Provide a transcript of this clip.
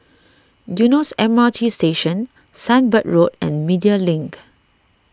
Eunos M R T Station Sunbird Road and Media Link